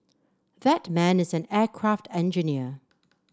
that man is an aircraft engineer